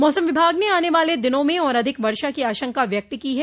मौसम विभाग ने आने वाले दिनों में और अधिक वर्षा की आशंका व्यक्त की है